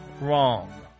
wrong